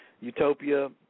Utopia